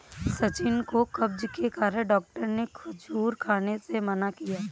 सचिन को कब्ज के कारण डॉक्टर ने खजूर खाने से मना किया